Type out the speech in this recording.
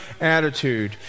attitude